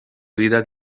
vida